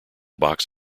box